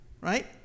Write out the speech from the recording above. right